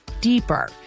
deeper